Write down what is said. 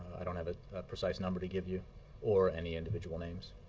i don't have a precise number to give you or any individual names.